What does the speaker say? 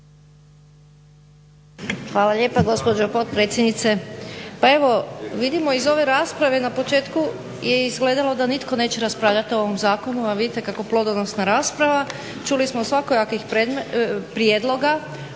Hvala lijepa gospođo potpredsjednice. Pa evo vidimo iz ove rasprave na početku je izgledalo da nitko neće raspravljati o ovom zakonu, a vidite kako plodonosna rasprava. Čuli smo svakojakih prijedloga,